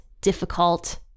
difficult